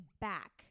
back